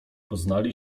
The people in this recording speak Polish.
poznali